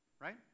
right